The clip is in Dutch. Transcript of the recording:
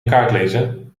kaartlezen